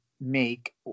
make